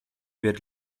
wird